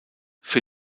für